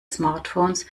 smartphones